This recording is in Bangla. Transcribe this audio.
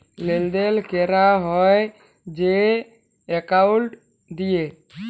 লেলদেল ক্যরা হ্যয় যে একাউল্ট দিঁয়ে